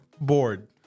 bored